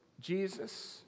Jesus